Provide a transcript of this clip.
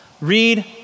Read